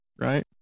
right